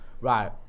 right